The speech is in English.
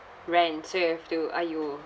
rent so have to !aiyo!